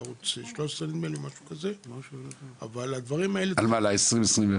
נדמה לי בערוץ 13. על ה-0120?